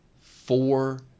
four